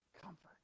comfort